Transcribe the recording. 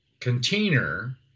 container